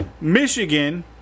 Michigan